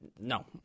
No